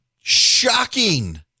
Shocking